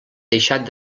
deixat